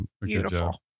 beautiful